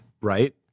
right